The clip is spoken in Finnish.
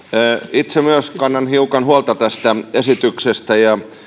itse myös kannan hiukan huolta tästä esityksestä ja